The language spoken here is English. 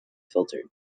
filtered